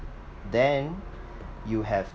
then you have